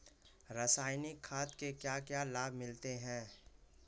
रसायनिक खाद के क्या क्या लाभ मिलते हैं?